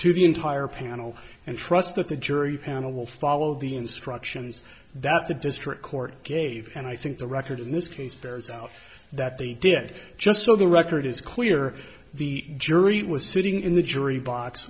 to the entire panel and trust that the jury panel will follow the instructions that the district court gave and i think the record in this case bears out that they did just so the record is clear the jury was sitting in the jury box